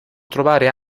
trovare